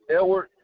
Edward